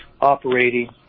operating